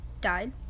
died